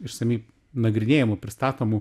išsamiai nagrinėjamų pristatomų